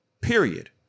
period